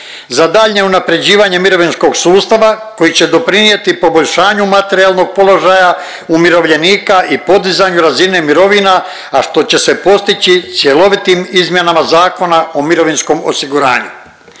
za daljnje unapređivanje mirovinskog sustava koji će doprinijeti poboljšanju materijalnog položaja umirovljenika i podizanju razine mirovina, a što će se postići cjelovitim izmjenama Zakona o mirovinskom osiguranju.